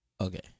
Okay